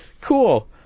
Cool